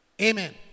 Amen